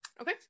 Okay